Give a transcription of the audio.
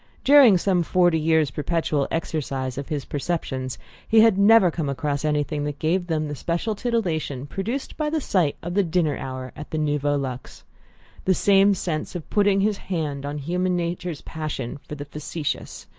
during some forty years' perpetual exercise of his perceptions he had never come across anything that gave them the special titillation produced by the sight of the dinner-hour at the nouveau luxe the same sense of putting his hand on human nature's passion for the factitious,